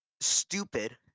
stupid